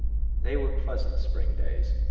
they were pleasant spring days,